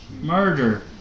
murder